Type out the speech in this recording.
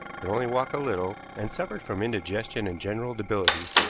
could only walk a little, and suffered from indigestion and general debility,